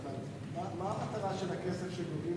מה המטרה של הכסף שגובים